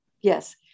Yes